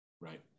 Right